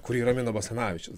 kurį ramino basanavičius